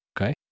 Okay